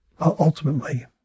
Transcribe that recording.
ultimately